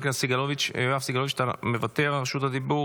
חבר הכנסת יואב סגלוביץ' מוותר על רשות הדיבור,